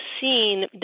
seen